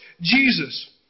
Jesus